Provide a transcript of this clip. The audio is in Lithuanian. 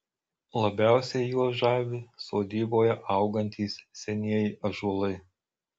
labiausiai juos žavi sodyboje augantys senieji ąžuolai